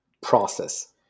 process